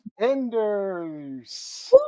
Enders